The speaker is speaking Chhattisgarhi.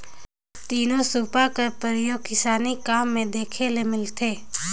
तीनो सूपा कर परियोग किसानी काम मे देखे ले मिलथे